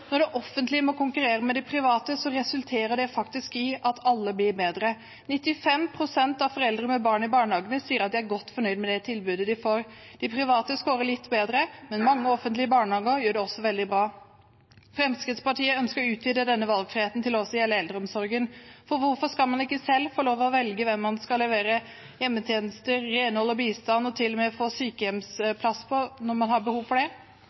Når det offentlige må konkurrere med de private, resulterer det i at alle blir bedre. 95 pst. av foreldre med barn i barnehage sier at de er godt fornøyd med det tilbudet de får. De private skårer litt bedre, men mange offentlige barnehager gjør det også veldig bra. Fremskrittspartiet ønsker å utvide denne valgfriheten til også å gjelde eldreomsorgen. Hvorfor skal man ikke selv få lov til å velge hvem som skal levere hjemmetjenester, tilby renhold og bistand – og til og med gi sykehjemsplass når man har behov for det?